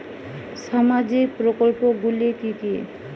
সামাজিক প্রকল্পগুলি কি কি?